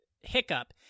hiccup